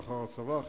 לאחר הצבא,